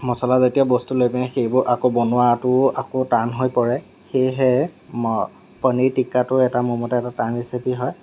মছলা জাতীয় বস্তু লৈ পিনে সেইবোৰ আকৌ বনোৱাটো আকৌ টান হৈ পৰে সেয়েহে পনীৰ টিক্কাটো এটা মোৰ মতে এটা টান ৰেচিপি হয়